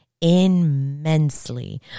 immensely